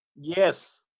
Yes